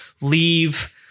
leave